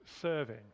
serving